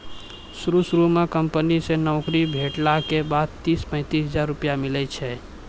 शुरू शुरू म कंपनी से नौकरी भेटला के बाद तीस पैंतीस हजार रुपिया मिलै छै